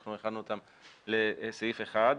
אנחנו איחדנו אותם לסעיף אחד,